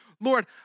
Lord